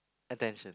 attention